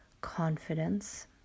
confidence